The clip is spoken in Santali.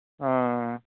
ᱦᱚᱸᱻ